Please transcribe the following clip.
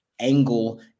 angle